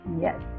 Yes